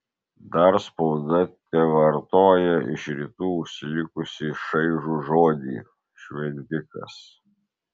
dar spauda tevartoja iš rytų užsilikusį šaižų žodį šventikas